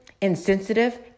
insensitive